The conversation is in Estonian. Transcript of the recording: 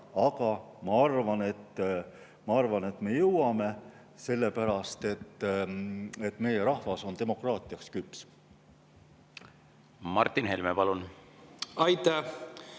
aga ma arvan, et me jõuame selleni, sest meie rahvas on demokraatiaks küps. Martin Helme, palun!